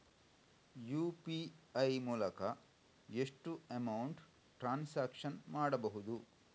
UPI ಮೂಲಕ ಎಷ್ಟು amount transaction ಮಾಡಬಹುದು?